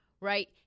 Right